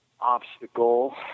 obstacle